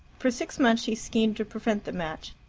for six months she schemed to prevent the match,